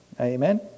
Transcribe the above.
Amen